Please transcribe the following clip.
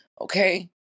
okay